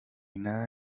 nada